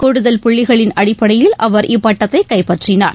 கூடுதல் புள்ளிகளின் அடிப்படையில் அவர் இப்பட்டத்தை கைப்பற்றினார்